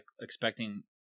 expecting